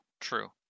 true